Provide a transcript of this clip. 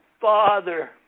Father